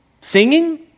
singing